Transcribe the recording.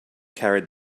carried